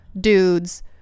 dudes